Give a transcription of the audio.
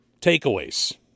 takeaways